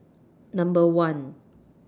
Number one